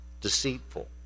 deceitful